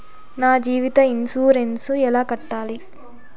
నా జీవిత ఇన్సూరెన్సు ఎలా కట్టాలి?